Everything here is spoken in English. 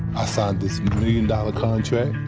i signed this million-dollar contract,